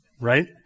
right